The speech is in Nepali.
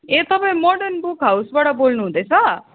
ए तपाईँ मोर्डन बुक हाउसबाट बोल्नुहुँदैछ